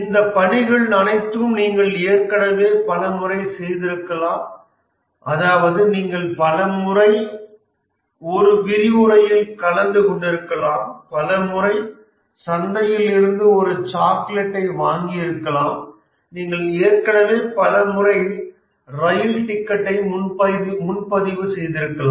இந்த பணிகள் அனைத்தும் நீங்கள் ஏற்கனவே பல முறை செய்திருக்கலாம் அதாவது நீங்கள் பல முறை ஒரு விரிவுரையில் கலந்து கொண்டிருக்கலாம் பல முறை சந்தையில் இருந்து ஒரு சாக்லேட் வாங்கியிருக்கலாம் நீங்கள் ஏற்கனவே பல முறை ரயில் டிக்கெட்டை முன்பதிவு செய்திருக்கலாம்